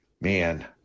Man